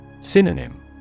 Synonym